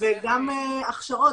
וגם הכשרות,